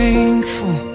Thankful